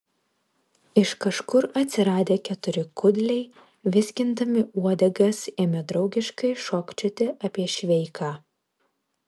iš kažkur atsiradę keturi kudliai vizgindami uodegas ėmė draugiškai šokčioti apie šveiką